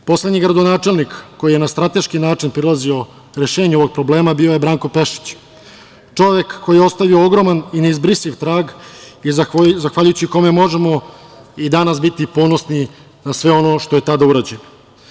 Poslednji gradonačelnik koji je na strateški način prilazio rešenju ovog problem bio je Branko Pešić, čovek koji je ostavio ogroman i neizbrisiv trag i zahvaljujući kome možemo i danas biti ponosni na sve ono što je tada urađeno.